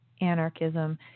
anarchism